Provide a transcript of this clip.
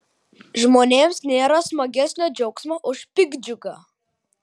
žmonėms nėra smagesnio džiaugsmo už piktdžiugą